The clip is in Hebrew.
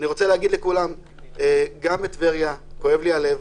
אני רוצה להגיד לכולם שגם בטבריה כואב לי הלב,